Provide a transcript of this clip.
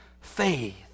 faith